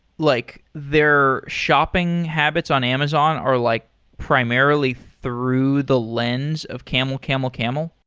like their shopping habits on amazon are like primarily through the lens of camelcamelcamel?